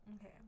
Okay